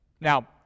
Now